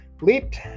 leaped